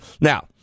Now